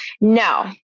No